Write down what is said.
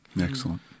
Excellent